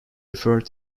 referred